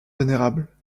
vénérable